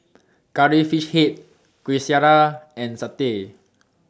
Curry Fish Head Kueh Syara and Satay